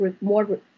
more